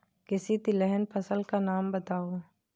किसी तिलहन फसल का नाम बताओ